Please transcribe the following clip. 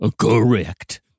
correct